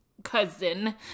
cousin